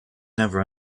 never